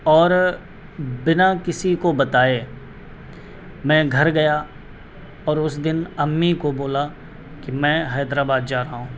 اور بنا کسی کو بتائے میں گھر گیا اور اس دن امی کو بولا کہ میں حیدرآباد جا رہا ہوں